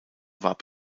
warb